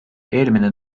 eelmine